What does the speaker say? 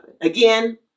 Again